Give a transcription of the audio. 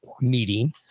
meeting